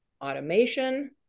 automation